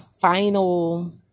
final